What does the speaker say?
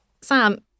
Sam